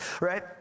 right